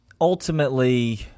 ultimately